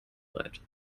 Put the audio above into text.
breit